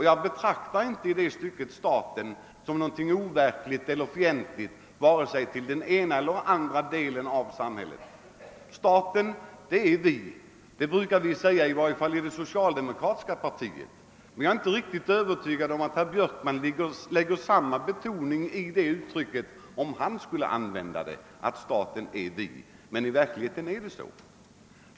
Jag betraktar inte staten som något overkligt eller som en fiende till vare sig den ena eller andra delen av samhället. Staten — det är vi. Det brukar i varje fall vi i det socialdemokratiska partiet säga. Jag är inte riktigt övertygad om att herr Björkman skulle ge det uttrycket samma innebörd om han skulle använda det, men i verkligheten är det så.